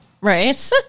Right